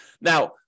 Now